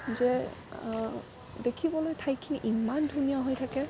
যে দেখিবলৈ ঠাইখিনি ইমান ধুনীয়া হৈ থাকে